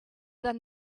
than